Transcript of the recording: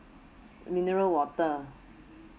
mineral water